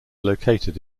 located